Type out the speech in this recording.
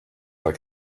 like